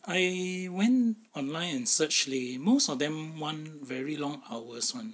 I went online and search leh most of them [one] very long hours [one]